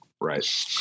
Right